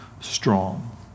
strong